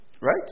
Right